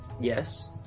yes